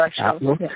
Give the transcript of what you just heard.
outlook